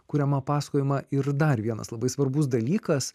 kuriamą pasakojimą ir dar vienas labai svarbus dalykas